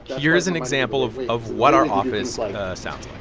here is an example of of what our office like sounds like